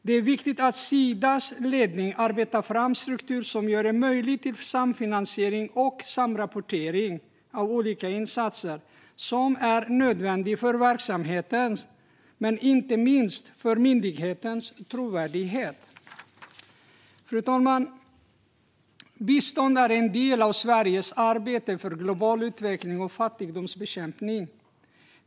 Det är viktigt att Sidas ledning arbetar fram en struktur som gör det möjligt till samfinansiering och samrapportering av olika insatser som är nödvändiga för verksamhetens och inte minst myndighetens trovärdighet. Fru talman! Bistånd är en del av Sveriges arbete för global utveckling och fattigdomsbekämpning.